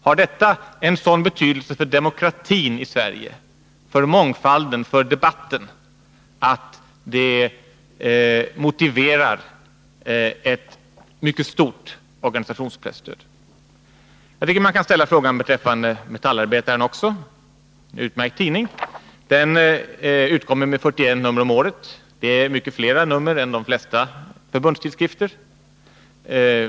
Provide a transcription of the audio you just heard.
Har denna tidskrift en sådan betydelse för demokratin i Sverige, för mångfalden och för debatten att det motiverar ett mycket stort organisationspresstöd? Man kan också ställa frågan beträffande Metallarbetaren. Det är en utmärkt tidning, som utkommer med 41 nummer om året. Det är mycket fler nummer än de flesta förbundstidskrifter utkommer med.